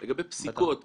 אין פה פקטור, ידידי.